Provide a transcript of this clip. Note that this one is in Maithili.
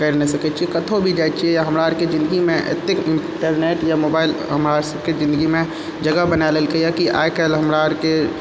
करि नहि सकै छियै कत्तौ भी जाइ छियै या हमरा अरके जिन्दगीमे एतेक इन्टरनेट या मोबाइल हमरासबके जिन्दगीमे जगह बना लेलकैया की आइकाल्हि हमरा अरके